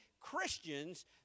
Christians